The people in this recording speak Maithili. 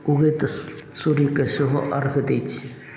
उगैत सूर्यके सेहो अर्घ दै छै